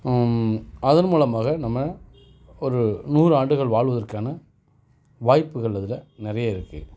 அதன்மூலமாக நம்ம ஒரு நூறு ஆண்டுகள் வாழ்வதற்கான வாய்ப்புகள் அதில் நிறைய இருக்குது